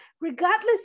regardless